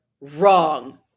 wrong